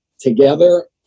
together